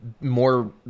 more